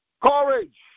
courage